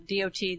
DOT